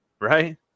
right